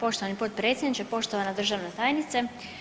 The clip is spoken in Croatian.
Poštovani potpredsjedniče, poštovana državna tajnice.